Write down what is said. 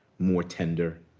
more tender,